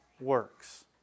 works